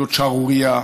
זאת שערורייה,